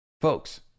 Folks